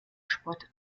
sport